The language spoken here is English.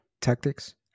tactics